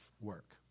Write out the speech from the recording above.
work